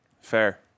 Fair